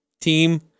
team